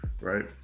right